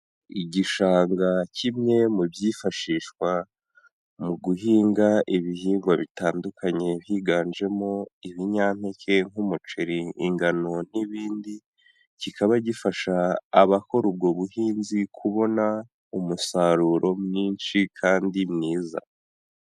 Igishanga kimwe mu byifashishwa mu guhinga ibihingwa bitandukanye, higanjemo ibinyampeke nk'umuceri, ingano n'ibindi, kikaba gifasha abakora ubwo buhinzi kubona umusaruro mwinshi kandi mwiza.